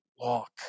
walk